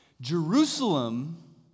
Jerusalem